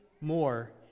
more